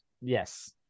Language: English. Yes